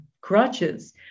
crutches